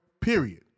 period